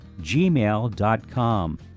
gmail.com